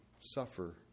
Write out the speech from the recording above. suffer